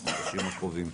בחודשים הקרובים.